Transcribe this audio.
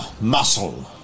muscle